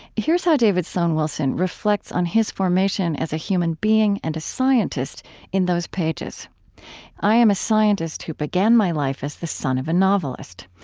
here's how david sloan wilson reflects on his formation as a human being and a scientist in those pages i am a scientist who began my life as the son of a novelist.